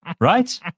Right